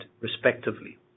Respectively